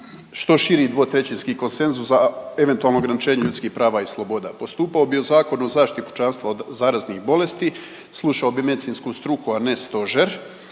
što širi dvotrećinski konsenzus za eventualno ograničenje ljudskih prava i sloboda. Postupao bi po Zakonu o zaštiti pučanstva od zaraznih bolesti, slušao bi medicinsku struku, a ne Stožer.